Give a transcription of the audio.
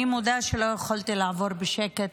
אני מודה שלא יכולתי לעבור בשקט